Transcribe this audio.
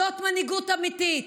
זאת מנהיגות אמיתית.